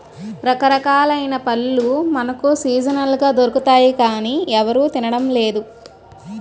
రకరకాలైన పళ్ళు మనకు సీజనల్ గా దొరుకుతాయి గానీ ఎవరూ తినడం లేదు